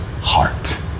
heart